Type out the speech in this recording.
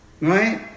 right